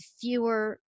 fewer